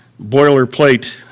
boilerplate